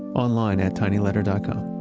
online at tinyletter dot com.